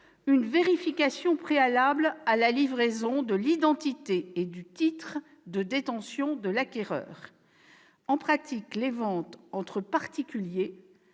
une vérification, préalable à la livraison, de l'identité et du titre de détention de l'acquéreur. En pratique, les ventes entre particuliers